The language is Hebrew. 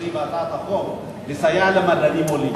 רביעי בהצעת חוק לסייע למדענים עולים.